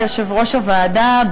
יושב-ראש הוועדה,